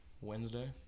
Wednesday